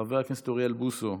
חבר הכנסת אוריאל בוסו,